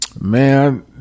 Man